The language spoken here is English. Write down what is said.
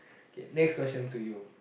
K next question to you